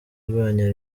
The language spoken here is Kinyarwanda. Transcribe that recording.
irwanya